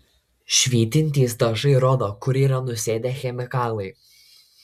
švytintys dažai rodo kur yra nusėdę chemikalai